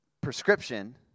prescription